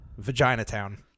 Vaginatown